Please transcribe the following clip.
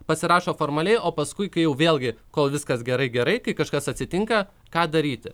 pasirašo formaliai o paskui kai jau vėlgi kol viskas gerai gerai kai kažkas atsitinka ką daryti